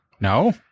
No